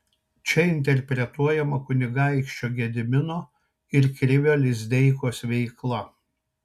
čia interpretuojama kunigaikščio gedimino ir krivio lizdeikos veikla